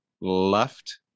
left